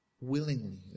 willingly